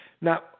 Now